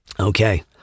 Okay